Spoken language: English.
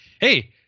Hey